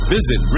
Visit